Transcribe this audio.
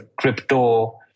crypto